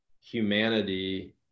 humanity